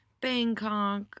Bangkok